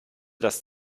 das